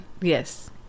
yes